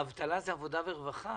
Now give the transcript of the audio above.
נושא האבטלה זה עבודה ורווחה,